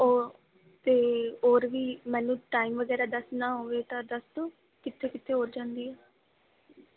ਓ ਅਤੇ ਹੋਰ ਵੀ ਮੈਨੂੰ ਟਾਈਮ ਵਗੈਰਾ ਦੱਸਣਾ ਹੋਵੇ ਤਾਂ ਦੱਸ ਦਿਓ ਕਿੱਥੇ ਕਿੱਥੇ ਹੋਰ ਜਾਂਦੀ ਹੈ